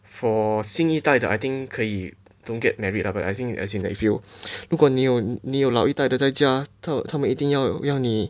for 新一代的 I think 可以 don't get married ah but I think as in like you if you 如果你又你又老一代的再家他们一定要要你